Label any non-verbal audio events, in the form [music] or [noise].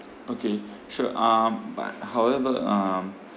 [noise] okay sure uh but however um